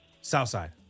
Southside